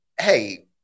Hey